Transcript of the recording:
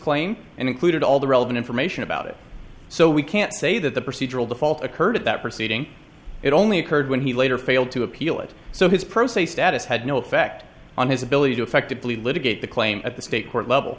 claim and included all the relevant information about it so we can't say that the procedural default occurred at that proceeding it only occurred when he later failed to appeal it so his pro se status had no effect on his ability to effectively litigate the claim at the state court level